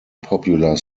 popular